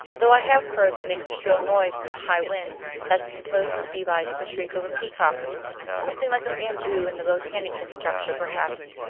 though i have heard they make a shrill noise in a high wind that's supposed to be like the shriek of a peacock something like a bamboo in the botanical structure, perhaps.